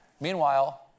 Meanwhile